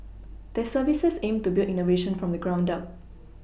their services aim to build innovation from the ground up